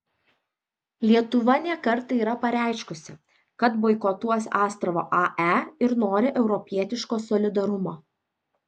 lietuva ne kartą yra pareiškusi kad boikotuos astravo ae ir nori europietiško solidarumo